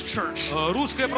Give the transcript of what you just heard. Church